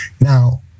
Now